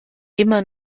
immer